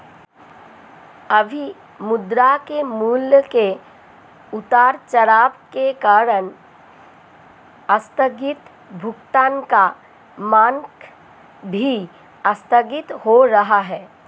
अभी मुद्रा के मूल्य के उतार चढ़ाव के कारण आस्थगित भुगतान का मानक भी आस्थगित हो रहा है